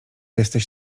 jesteś